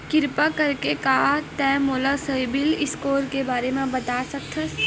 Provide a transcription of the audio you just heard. किरपा करके का तै मोला सीबिल स्कोर के बारे माँ बता सकथस?